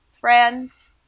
friends